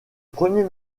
premier